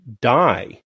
die